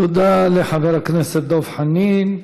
תודה לחבר הכנסת דב חנין.